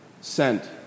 sent